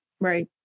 right